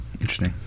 Interesting